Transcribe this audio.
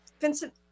Vincent